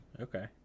okay